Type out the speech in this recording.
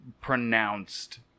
pronounced